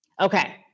Okay